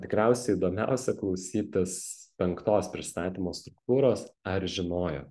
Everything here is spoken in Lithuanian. tikriausiai įdomiausia klausytis penktos pristatymo struktūros ar žinojo